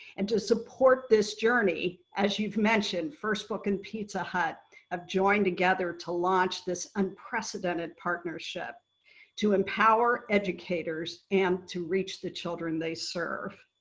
and to support this journey as you've mentioned first book and pizza hut have joined together to launch this unprecedented partnership to empower educators and to reach the children they serve.